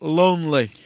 lonely